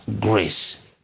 grace